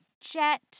jet